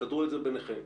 תסדרו את זה ביניכם,